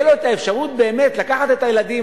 תהיה לו האפשרות באמת לקחת את הילדים,